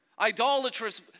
idolatrous